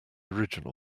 original